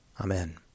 Amen